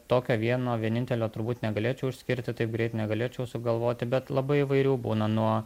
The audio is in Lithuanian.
tokio vieno vienintelio turbūt negalėčiau išskirti taip greit negalėčiau sugalvoti bet labai įvairių būna nuo